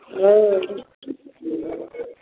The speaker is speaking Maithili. ओ